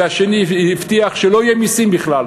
והשני הבטיח שלא יהיו מסים בכלל.